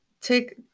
take